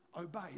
obey